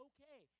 Okay